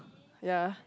ya